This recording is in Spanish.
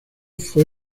fue